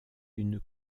une